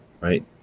right